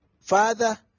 Father